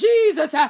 Jesus